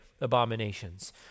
abominations